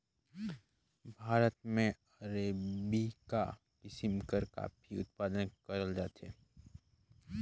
भारत में अरेबिका किसिम कर काफी उत्पादन करल जाथे